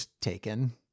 taken